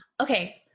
Okay